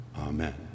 Amen